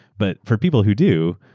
but for people who do,